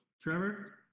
Trevor